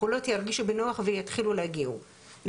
החולות ירגישו בנוח ויתחילו להגיע.